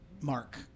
mark